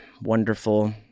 wonderful